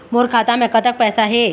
मोर खाता मे कतक पैसा हे?